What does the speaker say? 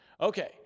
okay